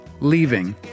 Leaving